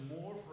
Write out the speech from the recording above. more